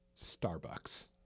Starbucks